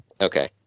Okay